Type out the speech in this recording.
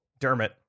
Dermot